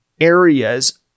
areas